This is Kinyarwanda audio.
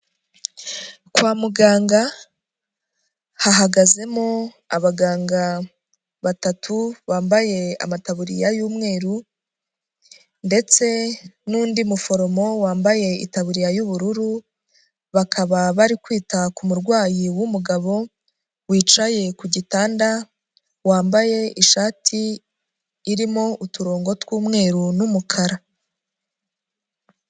Kwa muganga hahagazemo abaganga batatu bambaye amataburiya y'umweru ndetse n'undi muforomo wambaye itaburiya y'ubururu, bakaba bari kwita ku murwayi w'umugabo wicaye ku gitanda, wambaye ishati irimo uturongo tw'umweru n'umukara.